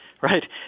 Right